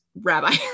rabbi